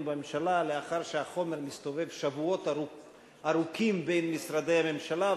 בממשלה לאחר שהחומר מסתובב שבועות ארוכים בין משרדי הממשלה,